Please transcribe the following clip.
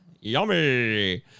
Yummy